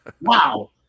wow